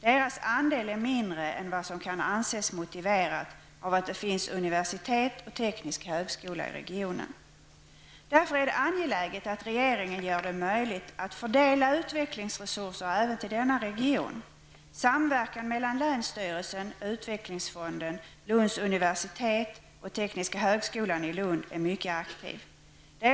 Deras andel är mindre än vad som kan anses motiverat av att det finns universitet och teknisk högskola i regionen. Därför är det angeläget att regeringen gör det möjligt att fördela utvecklingsresurser även till denna region. Samverkan mellan länsstyrelsen, utvecklingsfonden, Lunds universitet och Tekniska högskolan i Lund är mycket betydande.